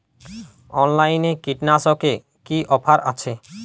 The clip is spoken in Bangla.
অনলাইনে কীটনাশকে কি অফার আছে?